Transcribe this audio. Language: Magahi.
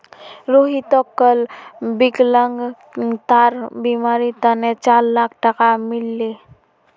रोहितक कल विकलांगतार बीमार तने चार लाख टका मिल ले